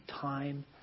time